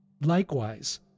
Likewise